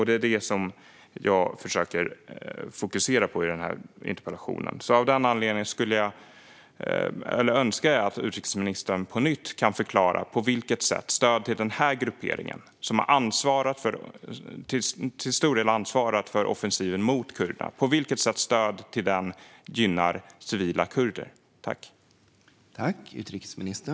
Det är vad jag försöker fokusera på i interpellationen. Av den anledningen önskar jag att utrikesministern på nytt kan förklara på vilket sätt stöd till den gruppering som till stor del har ansvarat för offensiven mot kurderna gynnar civila kurder.